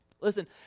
Listen